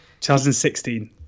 2016